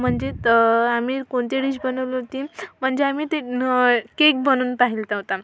म्हणजे तर आम्ही कोणती डिश बनवली होती म्हणजे आम्ही ती ण केक बनवून पाहलतं होता